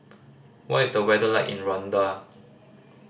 what is the weather like in Rwanda